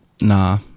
Nah